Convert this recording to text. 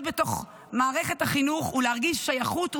להיות בתוך מערכת החינוך ולהרגיש שייכות ומשמעות.